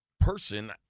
person